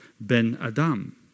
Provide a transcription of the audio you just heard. Ben-Adam